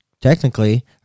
Technically